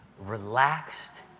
relaxed